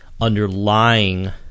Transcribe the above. underlying